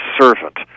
servant